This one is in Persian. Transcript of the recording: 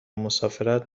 مسافرت